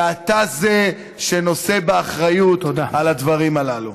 ואתה זה שנושא באחריות על הדברים הללו.